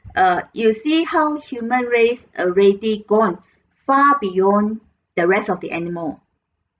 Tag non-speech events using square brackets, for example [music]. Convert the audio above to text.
uh you see how human race already gone [breath] far beyond the rest of the animal